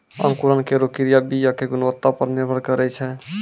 अंकुरन केरो क्रिया बीया क गुणवत्ता पर निर्भर करै छै